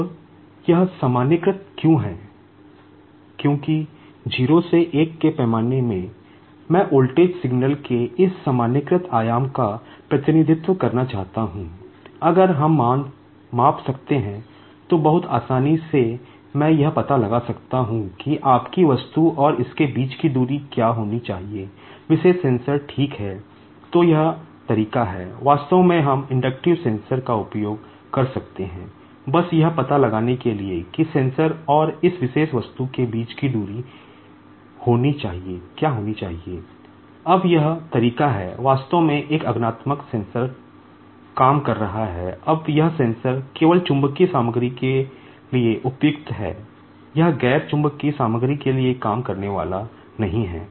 अब यह सामान्यीकृत क्यों है क्योंकि 0 से 1 के पैमाने में मैं वोल्टेज सिग्नल के इस सामान्यीकृत आयाम का प्रतिनिधित्व करना चाहता हूं अगर हम माप सकते हैं तो बहुत आसानी से मैं यह पता लगा सकता हूं कि आपकी वस्तु और इसके बीच की दूरी क्या होनी चाहिए विशेष सेंसर के लिए काम करने वाला नहीं है